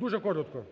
дуже коротко.